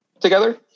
together